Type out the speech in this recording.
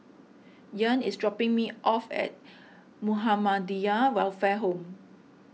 Ian is dropping me off at Muhammadiyah Welfare Home